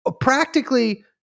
practically